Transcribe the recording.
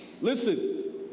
Listen